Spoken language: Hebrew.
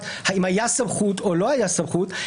האם הייתה סמכות או לא הייתה סמכות,